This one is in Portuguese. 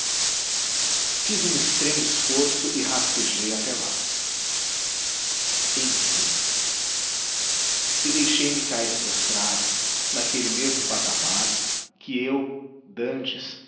fiz um extremo esforço e rastejei até lá enfim e deixei-me cair prostrado naquele mesmo patamar que eu dantes